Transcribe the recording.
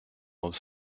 dans